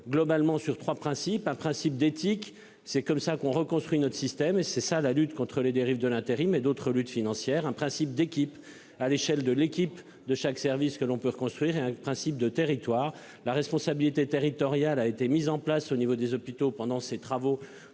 globalement sur 3 principes un principe d'éthique, c'est comme ça qu'on reconstruit notre système et c'est ça la lutte contre les dérives de l'intérim et d'autres luttes financière un principe d'équipe à l'échelle de l'équipe de chaque service que l'on peut reconstruire et un principe de. Territoire la responsabilité territoriale a été mis en place au niveau des hôpitaux, pendant ces travaux